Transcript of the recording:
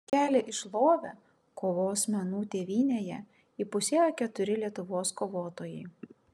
kelią į šlovę kovos menų tėvynėje įpusėjo keturi lietuvos kovotojai